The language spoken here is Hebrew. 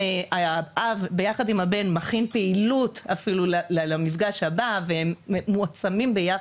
האב יחד עם הבן מכין פעילות למפגש הבא והם מועצמים ביחד,